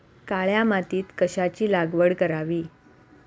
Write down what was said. काळ्या मातीत कशाची लागवड करावी?